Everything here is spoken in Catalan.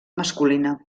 masculina